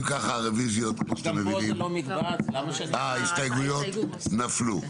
אם ככה, אתם מבינים שההסתייגויות נפלו.